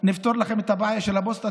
נפתור לכם את הבעיה של הפוסטה,